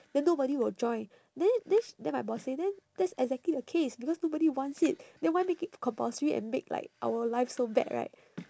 then nobody will join then then sh~ then my boss say then that's exactly the case because nobody wants it then why make it compulsory and make like our life so bad right